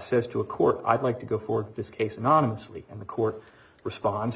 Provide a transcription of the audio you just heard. says to a court i'd like to go for this case anonymously and the court respond